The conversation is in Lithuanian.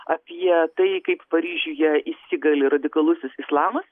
apie tai kaip paryžiuje įsigali radikalusis islamas